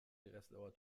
breslauer